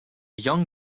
young